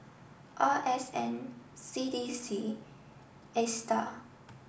R S N C D C ASTAR